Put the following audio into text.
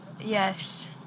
yes